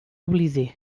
oblida